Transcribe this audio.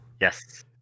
Yes